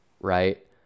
right